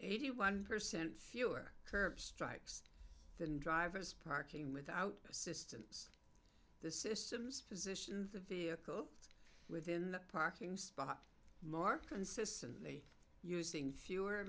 eighty one percent fewer curb strikes than drivers parking without assistance the systems position the vehicle within the parking spot mark insistently using fewer